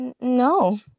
no